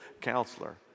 counselor